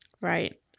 Right